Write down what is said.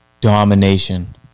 domination